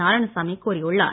நாராயணசாமி கூறியுள்ளார்